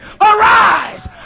arise